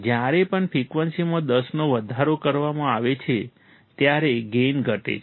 જ્યારે પણ ફ્રિકવન્સીમાં 10 નો વધારો કરવામાં આવે છે ત્યારે ગેઇન ઘટે છે